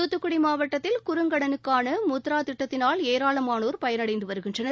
தூத்துக்குடி மாவட்டத்தில் குறுங்கடனுக்கான முத்ரா திட்டத்தினால் ஏராளமானோர் பயனடைந்து வருகின்றனர்